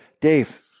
Dave